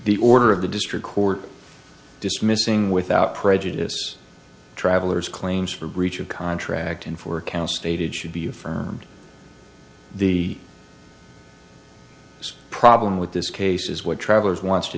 the order of the district court dismissing without prejudice travellers claims for breach of contract and four counts stated should be affirmed the problem with this case is what travelers wants to